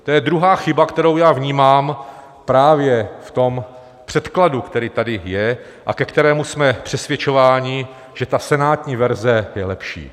To je druhá chyba, kterou vnímám právě v tom předkladu, který tady je a ke kterému jsme přesvědčováni, že senátní verze je lepší.